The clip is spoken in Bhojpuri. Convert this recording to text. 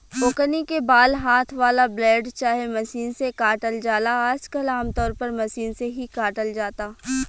ओकनी के बाल हाथ वाला ब्लेड चाहे मशीन से काटल जाला आजकल आमतौर पर मशीन से ही काटल जाता